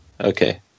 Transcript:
Okay